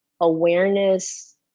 awareness